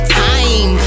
time